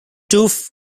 tuff